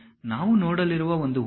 ನಾವು ನೋಡಲಿರುವ ಒಂದು ಉದಾಹರಣೆ